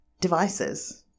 devices